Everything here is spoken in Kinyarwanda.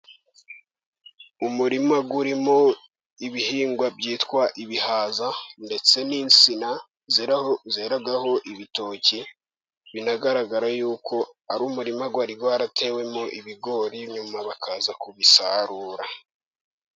Umurima urimo ibihingwa byitwa ibihaza ndetse n'insina, zeraho ibitoki binagaragara yuko ari umurima wari waratewemo ibigori, nyuma bakaza kubisarura.